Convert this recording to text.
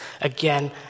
again